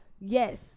Yes